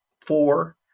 four